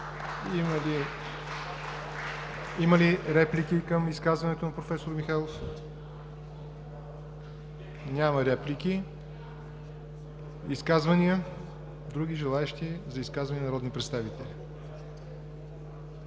Има ли реплики към изказването на проф. Михайлов? Няма реплики. Други желаещи за изказване народни представители?